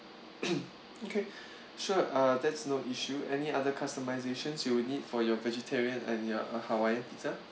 okay sure uh that's no issue any other customizations you'll need for your vegetarian and your uh hawaiian pizza